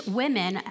women